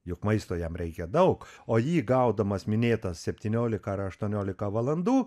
juk maisto jam reikia daug o jį gaudamas minėtas septynioliką ar aštuonioliką valandų